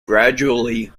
gradually